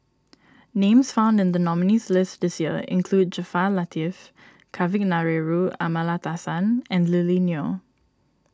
names found in the nominees' list this year include Jaafar Latiff Kavignareru Amallathasan and Lily Neo